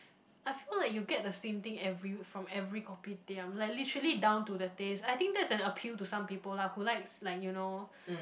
I feel like you get the same thing every from every Kopitiam like literally down to the taste I think that's an appeal to some people lah who likes like you know